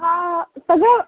हा सगळं